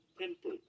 Temple